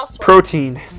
Protein